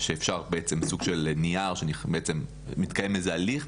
שאפשר בעצם שמתקיים איזה הליך,